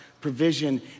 provision